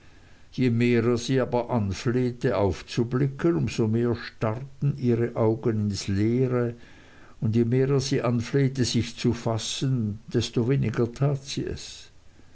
je mehr er sie aber anflehte aufzublicken um so mehr starrten ihre augen ins leere und je mehr er sie anflehte sich zu fassen desto weniger tat sie es